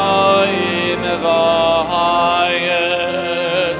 ah ah